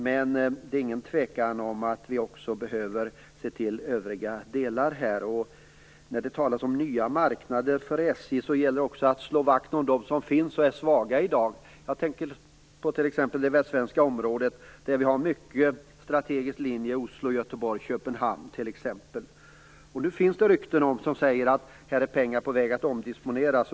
Men det är ingen tvekan om att vi också behöver se till de övriga delarna. När det talas om nya marknader för SJ, gäller det också att slå vakt om de marknader som finns och som är svaga i dag. Jag tänker t.ex. på det västsvenska området, där vi har en mycket strategisk linje, nämligen Oslo-Göteborg-Köpenhamn. Nu finns det rykten om att pengar är på väg att omdisponeras.